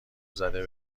زده